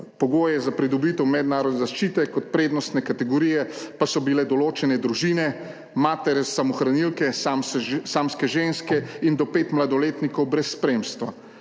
pogoje za pridobitev mednarodne zaščite, kot prednostne kategorije pa so bile določene družine, matere samohranilke, samske ženske in do pet mladoletnikov brez spremstva,